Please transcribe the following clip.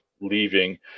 leaving